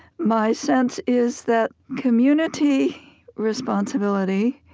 my sense is that community responsibility,